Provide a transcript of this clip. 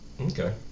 Okay